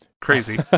Crazy